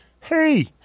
Hey